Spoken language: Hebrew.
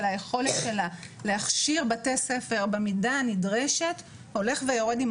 היכולת שלה להכשיר בתי ספר במידה הנדרשת הולך ויורד עם